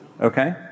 Okay